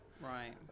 Right